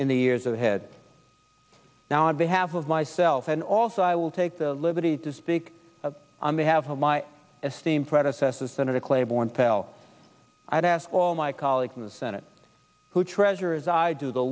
in the years ahead now on behalf of myself and also i will take the liberty to speak on behalf of my esteemed predecessor senator claiborne pell i'd ask all my colleagues in the senate who treasure as i do the